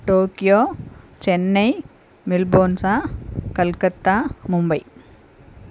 Tokyo Chennai மெல்போன்ஸா கல்கத்தா மும்பை